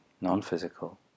non-physical